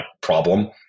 problem